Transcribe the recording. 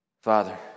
Father